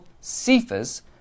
Cephas